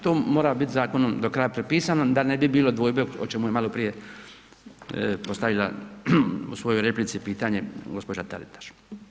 To mora biti zakonom do kraja propisano da ne bi bilo dvojbe o čemu je maloprije postavila u svojoj replici pitanje gospođa Taritaš.